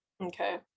Okay